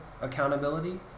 accountability